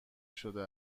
شده